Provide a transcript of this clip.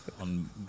on